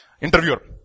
interviewer